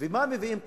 ומה מביאים לכאן?